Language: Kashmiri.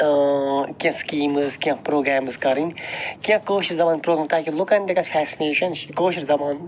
کینٛہہ سکیٖمز کینٛہہ پروگرامز کَرٕن کینٛہہ کٲشر زبانہ تاکہ لُکَن تہِ گَژھِ فیسِنیشَن کٲشر زبانہ